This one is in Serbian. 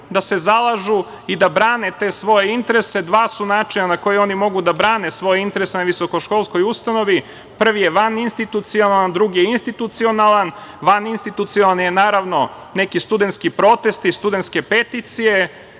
da se zalažu i da brane svoje interese, i dva su načina na koje oni mogu da brane svoje interese na visoko školskoj ustanovi, prvi je vanistitucionalan, a drugi je institucionalan. Vaninstitucionalan je neki studentski protest, studentske peticije,